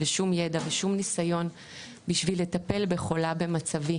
שום ידע ושום ניסיון בשביל לטפל בחולה במצבי,